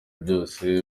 byose